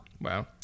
Wow